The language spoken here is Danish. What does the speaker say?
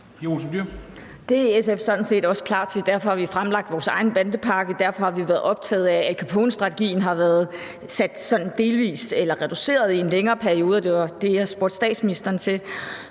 Det er SF sådan set også klar til. Derfor har vi fremlagt vores egen bandepakke, og derfor har vi været optaget af, at Al Capone-strategien har været sådan reduceret i en længere periode, og det var også det, jeg spurgte statsministeren til,